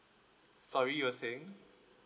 sorry you were saying